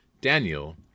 Daniel